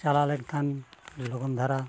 ᱪᱟᱞᱟᱣ ᱞᱮᱱᱠᱷᱟᱱ ᱞᱚᱜᱚᱱ ᱫᱷᱟᱨᱟ